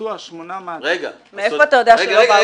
ונתפסו שמונת המעטפות --- מאיפה אתה יודע שלא באו קודם?